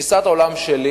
תפיסת העולם שלי